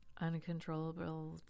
uncontrollable